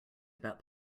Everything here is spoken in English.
about